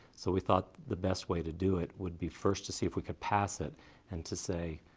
so we thought the best way to do it would be first to see if we could pass it and to say,